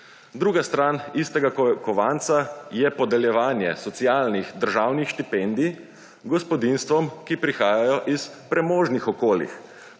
Druga stran istega kovanca je podeljevanje socialnih državnih štipendij gospodinjstvom, ki prihajajo iz premožnih okolij.